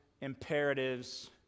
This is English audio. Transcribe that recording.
imperatives